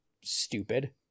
stupid